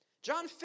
John